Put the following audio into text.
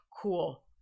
cool